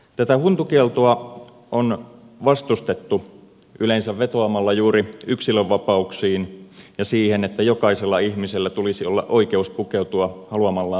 tätä huntukieltoa on vastustettu yleensä vetoamalla juuri yksilönvapauksiin ja siihen että jokaisella ihmisellä tulisi olla oikeus pukeutua haluamallaan tavalla